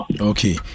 Okay